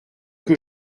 que